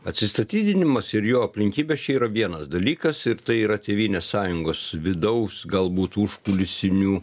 atsistatydinimas ir jo aplinkybės čia yra vienas dalykas ir tai yra tėvynės sąjungos vidaus galbūt užkulisinių